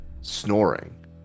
snoring